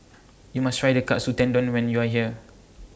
YOU must Try The Katsu Tendon when YOU Are here